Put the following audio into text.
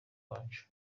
iwacu